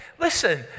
listen